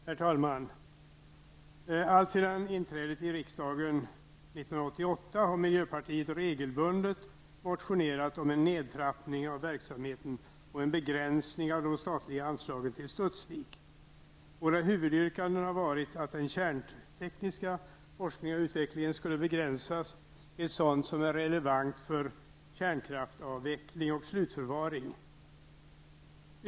Herr talman! Miljöpartiet har alltsedan riksdagsinträdet 1988 regelbundet motionerat om en nedtrappning av verksamheten och en begränsning av de statliga anslagen till Studsvik. Våra huvudyrkanden har varit att den kärntekniska forskningen och utvecklingen skulle begränsas till sådant som är relevant för kärnkraftsavveckling och slutförvaring.